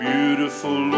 Beautiful